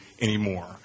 anymore